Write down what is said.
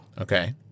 Okay